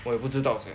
我也不知道 sia